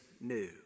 new